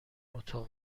اتاق